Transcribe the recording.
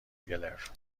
گلر